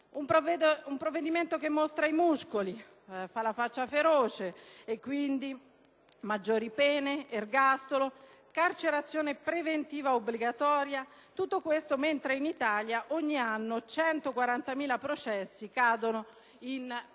un provvedimento che mostra i muscoli, che fa la faccia feroce e che quindi prevede maggiori pene (ergastolo, carcerazione preventiva obbligatoria), mentre in Italia ogni anno 140.000 processi cadono in prescrizione.